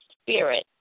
spirit